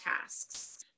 tasks